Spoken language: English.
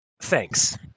Thanks